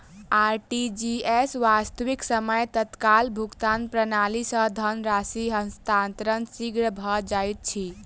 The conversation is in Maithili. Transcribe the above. आर.टी.जी.एस, वास्तविक समय तत्काल भुगतान प्रणाली, सॅ धन राशि हस्तांतरण शीघ्र भ जाइत अछि